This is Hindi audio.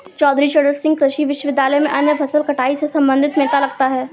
चौधरी चरण सिंह कृषि विश्वविद्यालय में अन्य फसल कटाई से संबंधित मेला लगता है